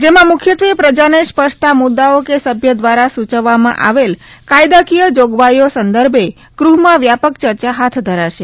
જેમાં મુખ્યત્વે પ્રજાને સ્પર્શતા મુદ્દાઓ કે સભ્ય દ્વારા સુચવવામાં આવેલ કાયદાકીય જોગવાઇઓ સંદર્ભે ગૃહમાં વ્યાપક ચર્ચા હાથ ધરાશે